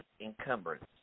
encumbrance